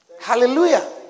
Hallelujah